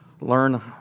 learn